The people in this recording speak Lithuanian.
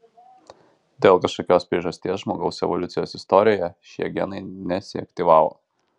dėl kažkokios priežasties žmogaus evoliucijos istorijoje šie genai nesiaktyvavo